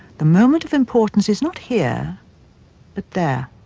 the moment of importance is not here but there.